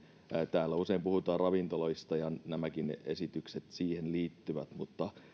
täällä usein puhutaan ravintoloista ja nämäkin esitykset siihen liittyvät mutta